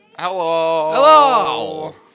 Hello